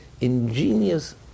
ingenious